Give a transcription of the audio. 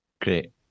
Great